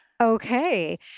Okay